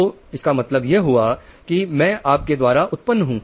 तो इसका मतलब यह हुआ कि मैं आपके द्वारा उत्पन्न हूं